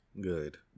Good